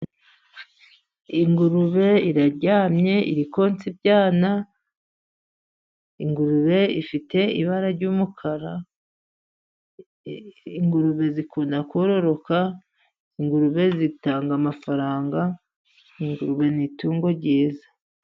Ingurube iraryamye iri konsa ibyana, ingurube ifite ibara ry'umukara, ingurube zikunda kororoka, ingurube zitanga amafaranga, ingurube ni itungo ryiza.